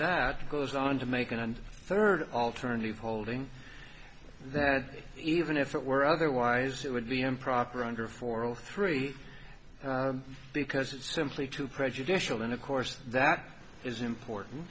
it goes on to make and third alternative holding that even if it were otherwise it would be improper under for all three because it's simply too prejudicial and of course that is important